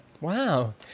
Wow